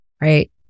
right